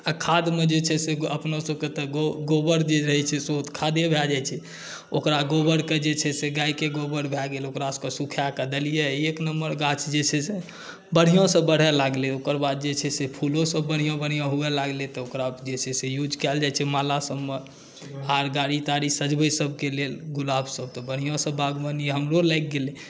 आ खादमे जे छै से अपनसभके तऽ गोबर जे रहै छै से ओ तऽ खादे भऽ जाइ छै ओकरा गोबरके जे छै से गायके गोबर भऽ गेल ओकरसभके सुखाकऽ देलिए एक नम्बर गाछ जे छै से बढ़िआँसँ बढ़ै लागलै ओकर बाद जे छै से फूलोसभ बढ़िआँ बढ़िआँ हुअ लागलै तऽ ओकरा जे छै से यूज़ कएल जाइ छै मालासभमे हार गाड़ी ताड़ी सजबै सभके लेल गुलाबसभ तऽ बढ़िआँसँ बाग़वानी हमरो लागि गेलै